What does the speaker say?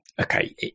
okay